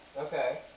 Okay